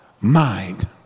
mind